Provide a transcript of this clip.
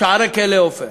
שערי כלא "עופר"?